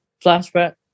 flashback